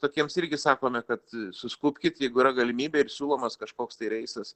tokiems irgi sakome kad suskubkit jeigu yra galimybė ir siūlomas kažkoks tai reisas